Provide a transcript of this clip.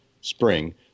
spring